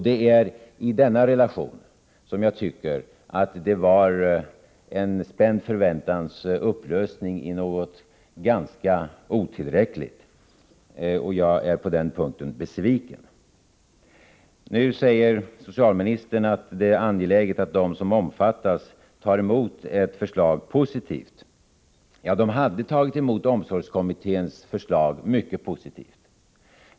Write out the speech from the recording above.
Det är i denna relation som jag tycker att det blev en spänd förväntans upplösning i något ganska otillräckligt, och på den punkten är jag besviken. Nu säger socialministern att det är angeläget att de som omfattas tar emot förslaget positivt. Ja, de hade tagit emot omsorgskommitténs förslag mycket positivt.